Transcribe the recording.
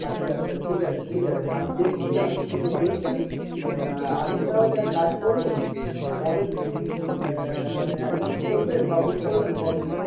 আচ্ছা আচ্ছা ঠিক আছে ঠিক আছে আমি দেখছি আমি দেখছি আপনি তাহলে এক কাজ করুন কবে কি মানে অ্যাডভান্স করবেন বা বুক করবেন কবে কি